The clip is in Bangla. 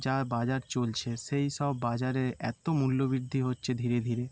যা বাজার চলছে সেই সব বাজারে এত মূল্য বৃদ্ধি হচ্ছে ধীরে ধীরে